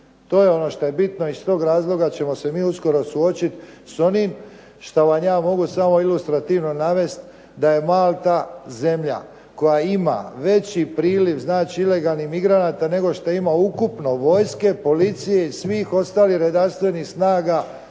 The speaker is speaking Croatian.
To je ono što je bitno i iz tog razloga ćemo se mi uskoro suočiti što vam ja mogu samo ilustrativno navesti da je Malta zemlja koja ima veći priliv, znači ilegalnih imigranata nego što ima ukupno vojske, policije i svih ostalih redarstvenih snaga